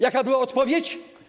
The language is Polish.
Jaka była odpowiedź?